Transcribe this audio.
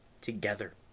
together